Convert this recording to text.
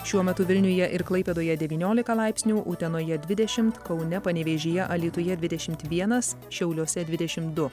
šiuo metu vilniuje ir klaipėdoje devyniolika laipsnių utenoje dvidešimt kaune panevėžyje alytuje dvidešimt vienas šiauliuose dvidešim du